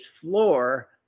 floor